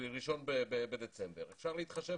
של 1.12. אפשר להתחשב